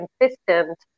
consistent